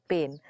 Pain